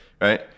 right